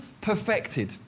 Perfected